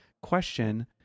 question